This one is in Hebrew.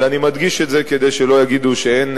אבל אני מדגיש את זה, כדי שלא יגידו שאין,